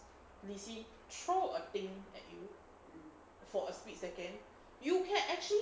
lee sin throw a thing at you for a spilt second you can actually